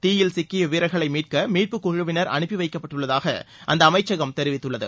தீயில் சிக்கிய வீரர்களை மீட்க மீட்பு குழுவினர் அனுப்பி வைக்கப்பட்டுள்ளதாக அந்த அமைச்சகம் தெரிவித்துள்ளது